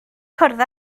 cwrdd